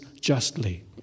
justly